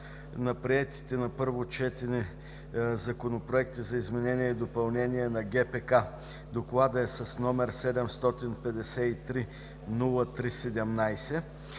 на приетите на първо четене законопроекти за изменение и допълнение на ГПК. Докладът е с № 753-03-17.